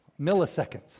milliseconds